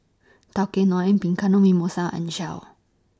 Tao Kae Noi Bianco Mimosa and Shell